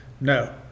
No